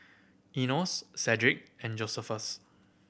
Enos Shedrick and Josephus